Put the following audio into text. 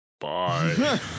bye